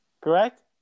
correct